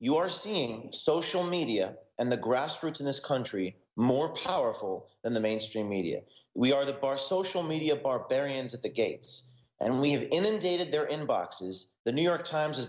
you are seeing social media and the grassroots in this country more powerful than the mainstream media we are the bar social media barbarians at the gates and we've inundated their inbox is the new york times is